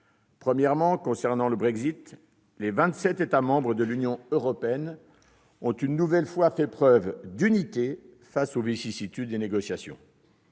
Premièrement, concernant le Brexit, les vingt-sept États membres de l'Union européenne ont une nouvelle fois fait preuve d'unité face aux vicissitudes des négociations.